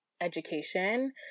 education